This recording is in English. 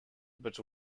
but